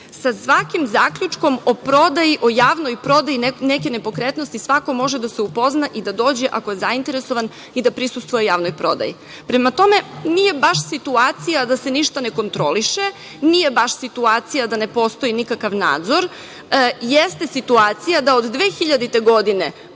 sa svakim zaključkom o prodaji, o javnoj prodaji neke nepokretnosti, svako može da se upozna da i da dođe ako je zainteresovan i da prisustvuje javnoj prodaji. Prema tome, nije baš situacija da se ništa ne kontroliše. Nije baš situacija da ne postoji nikakav nadzor. Jeste situacija da od 2000. godine